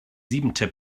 siebente